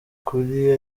kuri